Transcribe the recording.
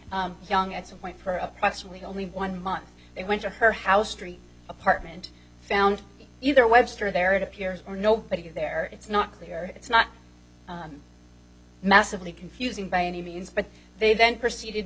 dating young at some point for approximately only one month they went to her house street apartment found either webster there it appears or no but if you're there it's not clear it's not massively confusing by any means but they then proceeded